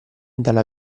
dalla